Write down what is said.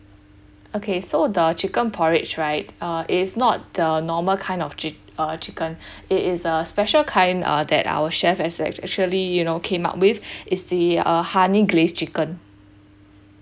okay so the chicken porridge right uh it is not the normal kind of chic~ uh chicken it is uh special kind uh that our chef has ac~ actually you know came up with it's the uh honey glazed chicken